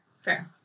fair